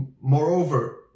Moreover